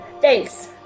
Thanks